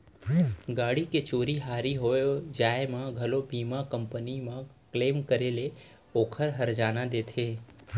गाड़ी के चोरी हारी हो जाय म घलौ बीमा कंपनी म क्लेम करे ले ओकर हरजाना देथे